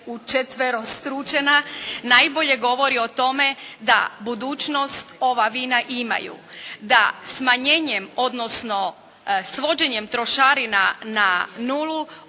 učetverostručena najbolje govori o tome da budućnost ova vina imaju da smanjenjem, odnosno svođenjem trošarina na nulu,